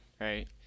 right